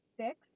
Six